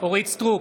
אורית מלכה סטרוק,